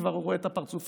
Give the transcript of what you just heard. הוא רואה את הפרצופים,